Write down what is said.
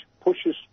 pushes